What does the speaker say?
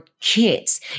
kids